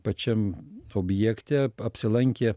pačiam objekte apsilankė